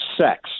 sex